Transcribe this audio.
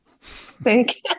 Thank